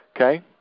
Okay